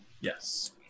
Yes